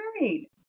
married